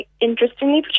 interestingly